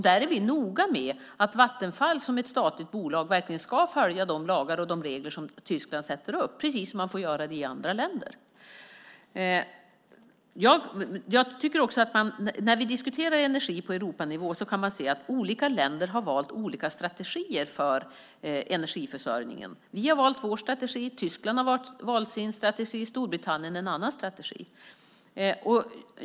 Där är vi noga med att Vattenfall som ett statligt bolag verkligen ska följa de lagar och regler som Tyskland sätter upp, precis som man får göra i andra länder. När vi diskuterar energi på Europanivå kan man se att olika länder har valt olika strategier för energiförsörjningen. Vi har valt vår strategi, Tyskland har valt sin strategi, och Storbritannien har valt en annan strategi.